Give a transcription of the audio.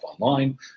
online